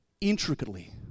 intricately